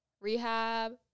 Rehab